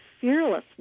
fearlessness